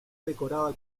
decorada